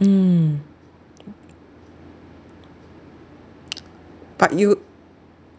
mm but you